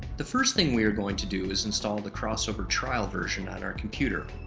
the first thing we are going to do is install the crossover trial version on our computer.